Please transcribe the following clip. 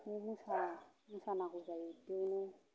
बिदिनो मोसाहैनांगौ जायो बिदिआवनो